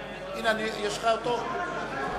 אדוני היושב-ראש, כנסת נכבדה,